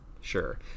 Sure